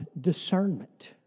discernment